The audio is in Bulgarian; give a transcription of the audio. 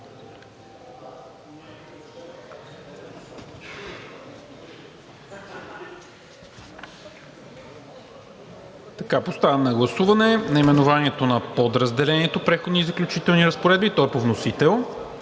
Поставям на гласуване наименованието на подразделението „Преходни и заключителни разпоредби“, то е по вносител,